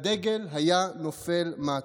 והדגל היה נופל מטה.